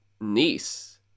niece